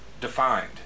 defined